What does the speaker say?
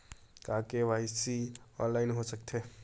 का KYC online हो सकथे?